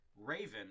Raven